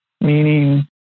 meaning